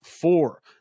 four